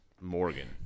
Morgan